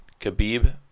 Khabib